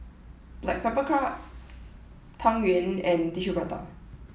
Black Pepper Crab Tang Yuen and Tissue Prata